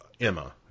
Emma